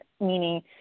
meaning